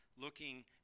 looking